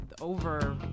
over